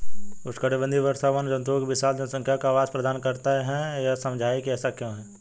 उष्णकटिबंधीय वर्षावन जंतुओं की विशाल जनसंख्या को आवास प्रदान करते हैं यह समझाइए कि ऐसा क्यों है?